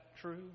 true